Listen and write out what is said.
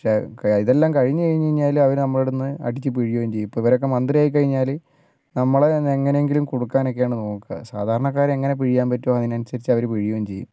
പക്ഷെ ഇതെല്ലാം കഴിഞ്ഞു കഴിഞ്ഞുകഴിഞ്ഞാല് അവര് നമ്മളെ അവിടുന്ന് അടിച്ച് പിഴിയുകയും ചെയ്യും ഇപ്പോൾ ഇവരൊക്കെ മന്ത്രി ആയികഴിഞ്ഞാല് നമ്മളെ എങ്ങനെങ്കിലും കുടുക്കാൻ ഒക്കെയാണ് നോക്കുക സാധാരണക്കാരെ എങ്ങനെ പിഴിയാൻ പറ്റുമൊ അതിന് അനുസരിച്ച് അവർ പിഴിയുകയും ചെയ്യും